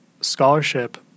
scholarship